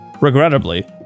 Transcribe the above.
Regrettably